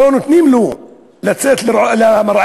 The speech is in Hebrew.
לא נותנים לו לצאת למרעה,